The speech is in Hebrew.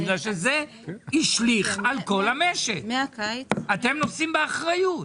זה השליך על כל המשק, ואתם נושאים באחריות.